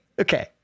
Okay